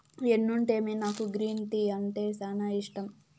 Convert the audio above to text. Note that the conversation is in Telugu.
ఎన్నుంటేమి నాకు గ్రీన్ టీ అంటే సానా ఇష్టం